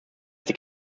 sich